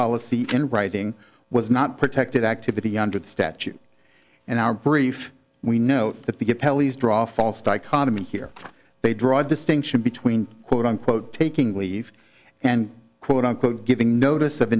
policy in writing was not protected activity under the statute and our brief we note that the good pelleas draw false dichotomy here they draw a distinction between quote unquote taking leave and quote unquote giving notice of